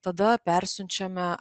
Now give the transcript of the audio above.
tada persiunčiame